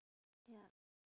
yup